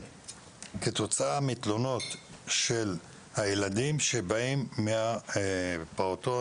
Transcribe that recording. כתוצאה מתלונות של הילדים שבאים מהפעוטון,